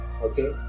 okay